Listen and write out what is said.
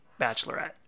bachelorette